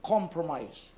Compromise